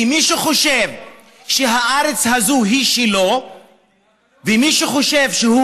כי מי שחושב שהארץ הזאת היא שלו ומי שחושב שהוא